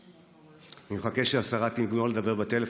אני מחכה שהשרה תגמור לדבר בטלפון,